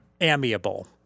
Amiable